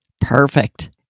Perfect